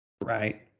Right